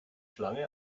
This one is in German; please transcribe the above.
schlange